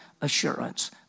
assurance